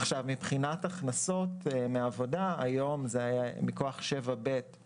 מבחינת הכנסות מעבודה עד היום מכוח סעיף 7ב זה